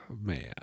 Man